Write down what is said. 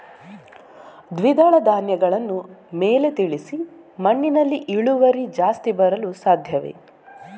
ದ್ವಿದಳ ಧ್ಯಾನಗಳನ್ನು ಮೇಲೆ ತಿಳಿಸಿ ಮಣ್ಣಿನಲ್ಲಿ ಇಳುವರಿ ಜಾಸ್ತಿ ಬರಲು ಸಾಧ್ಯವೇ?